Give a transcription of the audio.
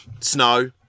snow